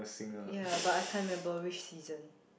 ye but I can't remember which season